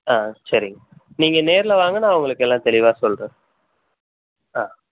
ஆ சரிங்க நீங்கள் நேரில் வாங்க நான் உங்களுக்கு எல்லாம் தெளிவாக சொல்கிறேன் ஆ